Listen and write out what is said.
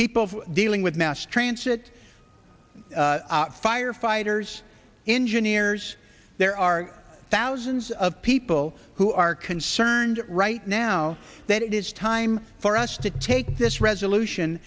people dealing with mass transit fire fighters engineers there are thousands of people who are concerned right now that it is time for us to take this